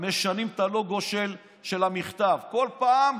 משנים את הלוגו של המכתב כל פעם.